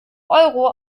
euro